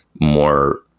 more